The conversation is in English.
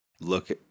look